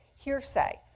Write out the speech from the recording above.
hearsay